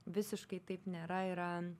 visiškai taip nėra yra